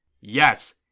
Yes